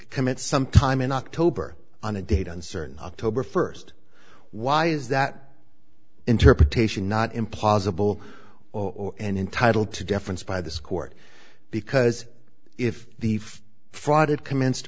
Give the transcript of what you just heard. commit some time in october on a date uncertain october first why is that interpretation not imposible or entitled to deference by this court because if the fraud had commenced